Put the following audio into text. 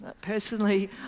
Personally